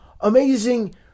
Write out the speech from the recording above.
amazing